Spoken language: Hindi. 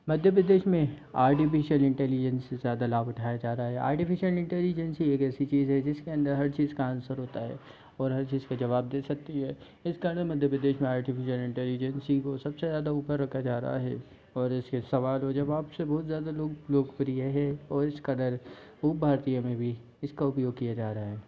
मध्य प्रदेश में आर्टिफ़िशियल इंटेलिजेंस से ज़्यादा लाभ उठाया जा रहा है आर्टिफ़िशियल इंटेलिजेंसी एक ऐसी चीज़ हे जिसके अंदर हर चीज़ का आंसर होता है और हर चीज़ का जवाब दे सकती है इस कारण मध्य प्रदेश में आर्टिफ़िशियल इंटेलिजेंसी को सबसे ज़्यादा ऊपर रखा जा रहा हे और इसके सवाल और जवाब से बहुत ज़्यादा लोग लोकप्रिय है और इस कदर खूब भारतीयों में भी इसका उपयोग किया जा रहा है